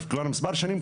כבר מספר שנים,